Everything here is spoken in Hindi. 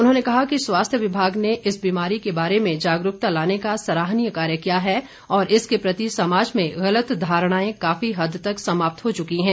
उन्होंने कहा कि स्वास्थ्य विभाग ने इस बीमारी के बारे में जागरूकता लाने का सराहनीय कार्य किया है और इसके प्रति समाज में गलत धारणाएं काफी हद तक समाप्त हो चुकी हैं